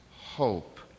hope